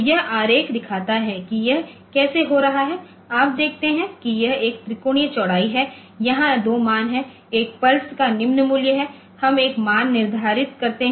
तो यह आरेख दिखाता है कि यह कैसे हो रहा है आप देखते हैं कि यह एक त्रिकोणीय चौड़ाई है और यहां 2 मान हैं एक पल्स का निम्न मूल्य है हम एक मान निर्धारित करते हैं